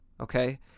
okay